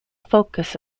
focus